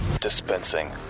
dispensing